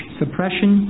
suppression